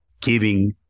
giving